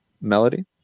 Melody